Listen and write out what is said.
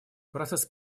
процесс